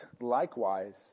likewise